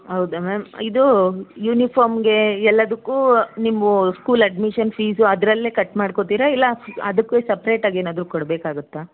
ಹೌದಾ ಮ್ಯಾಮ್ ಇದು ಯೂನಿಫಾಮ್ಗೆ ಎಲ್ಲದಕ್ಕೂ ನಿಮ್ಮ ಸ್ಕೂಲ್ ಅಡ್ಮಿಶನ್ ಫೀಸು ಅದರಲ್ಲೇ ಕಟ್ ಮಾಡ್ಕೊತೀರಾ ಇಲ್ಲ ಅದಕ್ಕೂ ಸಪ್ರೇಟಾಗಿ ಏನಾದ್ರೂ ಕೊಡಬೇಕಾಗತ್ತಾ